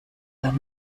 las